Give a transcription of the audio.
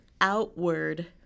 outward